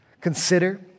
consider